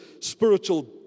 spiritual